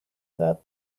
that